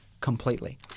Completely